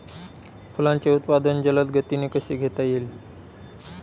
फुलांचे उत्पादन जलद गतीने कसे घेता येईल?